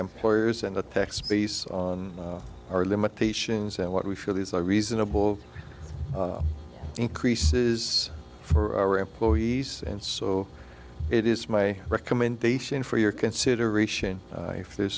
employers and the tax base on our limitations and what we feel is a reasonable increases for our employees and so it is my recommendation for your consideration if there's